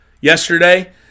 yesterday